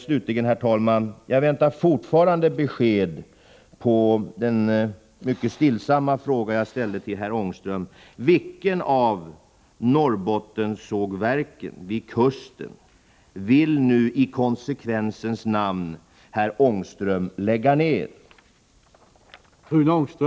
Slutligen, herr talman, vill jag säga att jag fortfarande väntar besked på den mycket stillsamma fråga jag ställde till herr Ångström: Vilket av Norrbottensågverken vid kusten vill nu i konsekvensens namn herr Ångström lägga ned?